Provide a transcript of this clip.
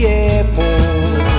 airport